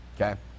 okay